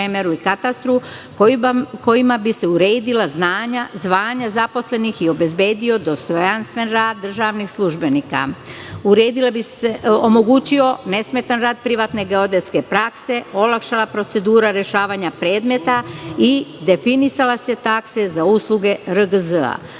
kojim bi se uredila zvanja zaposlenih i obezbedio dostojanstven rad državnih službenika. Omogućio bi se nesmetan rad privatne geodetske prakse, olakšala procedura olakšavanja predmeta i definisale bi se takse za usluge